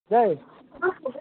দেই